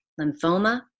lymphoma